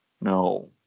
No